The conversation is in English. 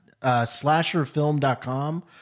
Slasherfilm.com